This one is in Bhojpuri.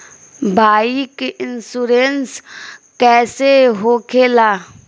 बाईक इन्शुरन्स कैसे होखे ला?